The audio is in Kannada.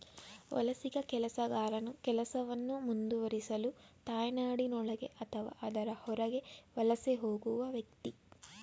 ವಲಸಿಗ ಕೆಲಸಗಾರನು ಕೆಲಸವನ್ನು ಮುಂದುವರಿಸಲು ತಾಯ್ನಾಡಿನೊಳಗೆ ಅಥವಾ ಅದರ ಹೊರಗೆ ವಲಸೆ ಹೋಗುವ ವ್ಯಕ್ತಿ